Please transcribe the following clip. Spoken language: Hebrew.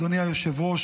אדוני היושב-ראש,